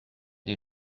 des